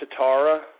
Tatara